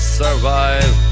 survive